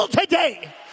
today